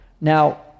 Now